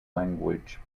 language